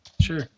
Sure